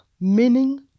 meaning